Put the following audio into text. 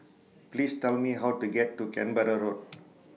Please Tell Me How to get to Canberra Road